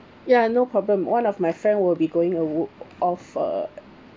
ya no problem one of my friend will be going awa~ off uh